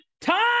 Time